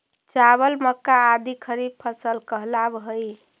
चावल, मक्का आदि खरीफ फसल कहलावऽ हइ